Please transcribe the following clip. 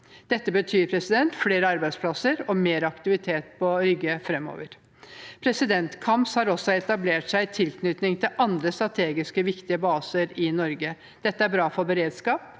Dette betyr flere arbeidsplasser og mer aktivitet på Rygge framover. KAMS har også etablert seg i tilknytning til andre strategisk viktige baser i Norge. Dette er bra for beredskap